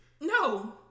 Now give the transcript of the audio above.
no